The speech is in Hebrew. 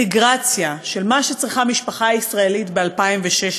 והאינטגרציה של מה שצריכה משפחה ישראלית ב-2016.